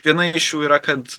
viena iš jų yra kad